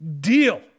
deal